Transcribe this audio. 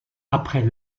après